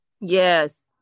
Yes